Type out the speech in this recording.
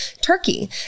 turkey